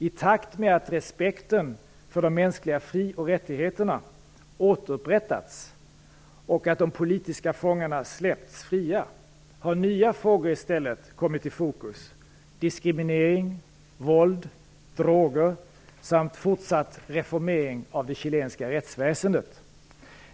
I takt med att respekten för de mänskliga fri och rättigheterna återupprättats och de politiska fångarna släppts fria har nya frågor kommit i fokus: diskriminering, våld, droger samt fortsatt reformering av det chilenska rättsväsendet.